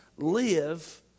Live